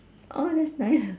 oh that's nice